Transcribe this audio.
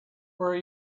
were